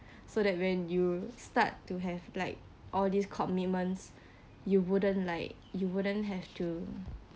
so that when you start to have like all this commitments you wouldn't like you wouldn't have to